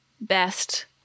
best